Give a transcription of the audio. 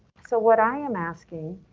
so what i am asking.